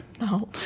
No